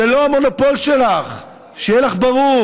זה לא המונופול שלך, שיהיה לך ברור.